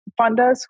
funders